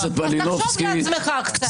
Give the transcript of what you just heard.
תחשוב בעצמך קצת.